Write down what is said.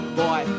boy